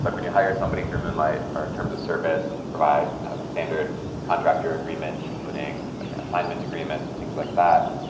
like when you hire somebody through moonlight, our terms of service provide kind of a standard contractor agreement, including an assignment agreement and things like that.